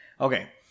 Okay